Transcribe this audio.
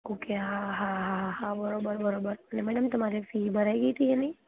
okay હા હા હા હા બરોબર બરોબર અને મેડમ તમારે ફી ભરાઈ ગઈ હતી એની